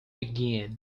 begin